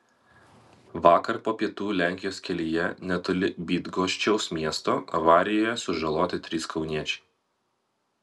vakar po pietų lenkijos kelyje netoli bydgoščiaus miesto avarijoje sužaloti trys kauniečiai